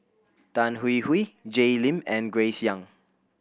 Tan Hwee Hwee Jay Lim and Grace Young